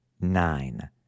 nine